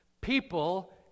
people